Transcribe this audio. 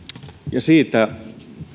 siitä